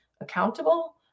accountable